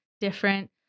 different